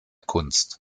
kunst